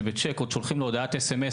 שבצ'ק עוד שולחים לו הודעת S.M.S,